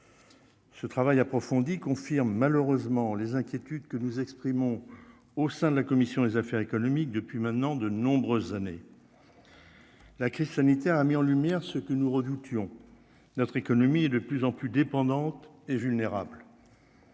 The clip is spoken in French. ce travail approfondi confirme malheureusement les inquiétudes que nous exprimons au sein de la commission des affaires économiques depuis maintenant de nombreuses années la crise sanitaire, a mis en lumière ce que nous redoutions, notre économie et de plus en plus dépendante et vulnérable